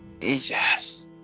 yes